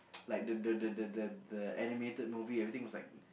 like the the the the the the animated movie everything was like